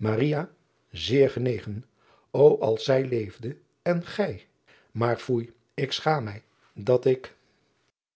eer genegen o als zij leefde en gij maar foei ik schaam mij dat ik